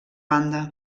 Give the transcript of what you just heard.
banda